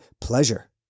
pleasure